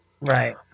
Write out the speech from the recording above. Right